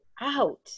out